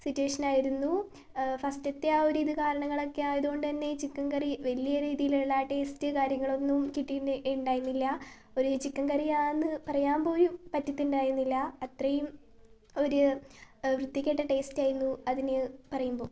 സിറ്റുവേഷനായിരുന്നു ഫസ്റ്റത്തെ ആ ഒരിത് കാരണങ്ങളൊക്കെ ആയതുകൊണ്ട് തന്നെ ഈ ചിക്കൻ കറി വലിയ രീതിയിലുള്ള ടേസ്റ്റ് കാര്യങ്ങളൊന്നും കിട്ടിയിട്ട് ഉണ്ടായിരുന്നില്ല ഒരു ചിക്കൻ കറി ആണെന്നു പറയാൻ പോലും പറ്റുന്നുണ്ടായിരുന്നില്ല അത്രയും ഒരു വൃത്തികെട്ട ടേസ്റ്റായിരുന്നു അതിന് പറയുമ്പോൾ